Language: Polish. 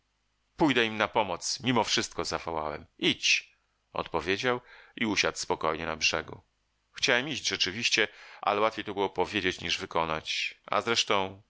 pójdę im na pomoc mimo wszystko zawołałem idź odpowiedział i usiadł spokojnie na brzegu chciałem iść rzeczywiście ale łatwiej to było powiedzieć niż wykonać a zresztą